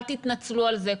אל תתנצלו על זה.